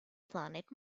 planet